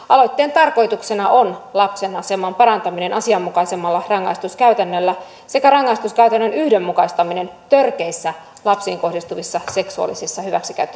aloitteen tarkoituksena on lapsen aseman parantaminen asianmukaisemmalla rangaistuskäytännöllä sekä rangaistuskäytännön yhdenmukaistaminen törkeissä lapsiin kohdistuvissa seksuaalisissa